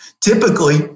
typically